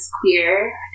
queer